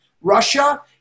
Russia